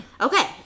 Okay